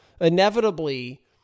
inevitably